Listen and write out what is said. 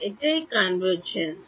এটাই কনভার্জেনশ